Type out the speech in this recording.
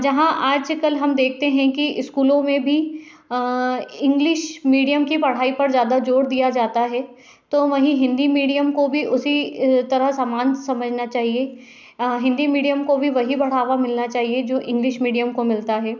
जहाँ आज कल हम देखते है कि स्कूलों में भी इंग्लिश मीडियम की पढ़ाई पर ज़्यादा जोर दिया जाता है तो हमारी हिंदी मीडियम को भी उसी तरह समान समझना चाहिए हिंदी मीडियम को भी वही बढ़ावा मिलना चाहिए जो इंग्लिश मीडियम को मिलता है